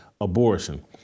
abortion